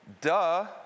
duh